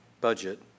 budget